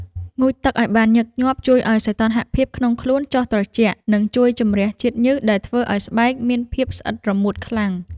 ងូតទឹកឱ្យបានញឹកញាប់ជួយឱ្យសីតុណ្ហភាពក្នុងខ្លួនចុះត្រជាក់និងជួយជម្រះជាតិញើសដែលធ្វើឱ្យស្បែកមានភាពស្អិតរមួតខ្លាំង។